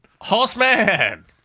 Horseman